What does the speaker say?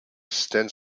stands